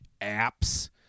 apps